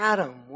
Adam